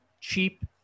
cheap